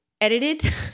edited